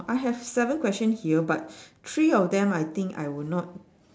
I have seven questions here but three of them I think I will not